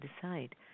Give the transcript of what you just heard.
decide